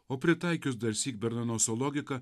o pritaikius darsyk darganos o logika